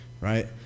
right